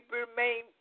remain